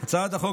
הצעת חוק